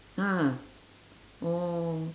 ah oh